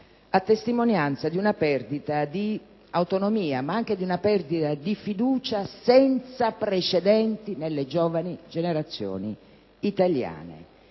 a testimonianza di una perdita di autonomia, ma anche di una perdita di fiducia senza precedenti nelle giovani generazioni italiane.